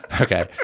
Okay